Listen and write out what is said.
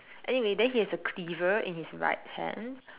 anyway then he has a cleaver in his right hand